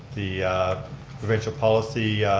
the provincial policy